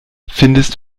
findest